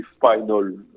final